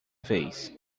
vez